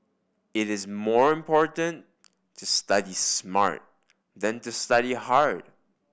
it is more important to study smart than to study hard